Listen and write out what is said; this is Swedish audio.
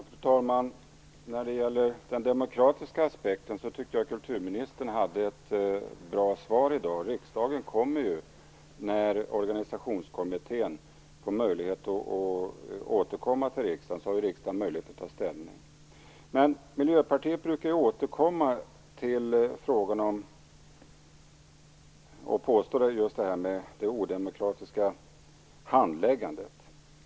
Fru talman! När det gäller den demokratiska aspekten tycker jag att kulturministern i dag gav ett bra svar. När organisationskommittén kan återkomma till riksdagen har ju riksdagen möjlighet att ta ställning. Miljöpartiet brukar återkomma just till påståendet om det odemokratiska handläggandet.